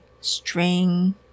string